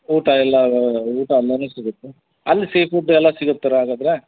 ಊಟ ಎಲ್ಲ ಊಟ ಅಲ್ಲೆ ಸಿಗುತ್ತೆ ಅಲ್ಲಿ ಸೀ ಫುಡ್ಡು ಎಲ್ಲ ಸಿಗುತ್ತಲ್ಲಾ ಹಾಗಾದ್ರೆ